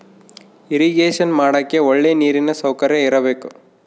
irrigation ಮಾಡಕ್ಕೆ ಒಳ್ಳೆ ನೀರಿನ ಸೌಕರ್ಯ ಇರಬೇಕು